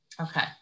Okay